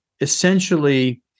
essentially